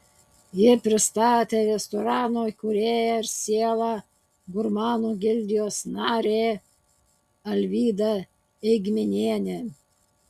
ją pristatė restorano įkūrėja ir siela gurmanų gildijos narė alvyda eigminienė